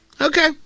Okay